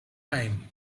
time